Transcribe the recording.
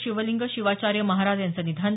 शिवलिंग शिवाचार्य महाराज यांचं निधन